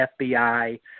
FBI